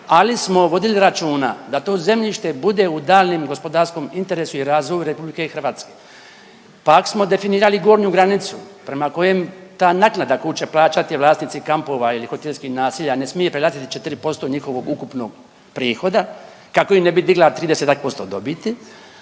ali smo vodili računa da to zemljište bude u daljnjem gospodarskom interesu i razvoju RH. Pa ako smo definirali gornju granicu prema kojem ta naknada koju će plaćati vlasnici kampova ili hotelskih naselja ne smije prelaziti 4% njihovog ukupnog prihoda kako i ne bi digla 30-ak posto